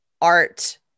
art